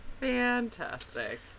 Fantastic